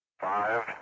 Five